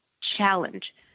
challenge